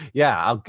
yeah.